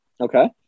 Okay